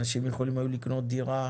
אנשים יכולים היו לקנות דירה